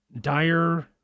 dire